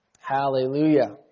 Hallelujah